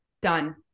Done